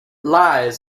lies